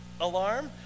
alarm